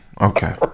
Okay